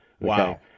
Wow